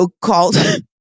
called